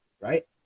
right